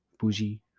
bougie